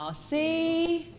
ah see?